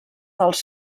dels